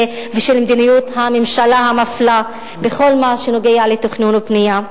ושל מדיניות הממשלה המפלה בכל מה שנוגע לתכנון ובנייה.